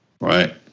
Right